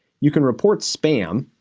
you can report spam,